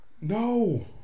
No